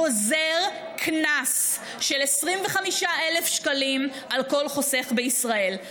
גוזר קנס של 25,000 שקלים על כל חוסך בישראל,